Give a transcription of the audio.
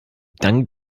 dank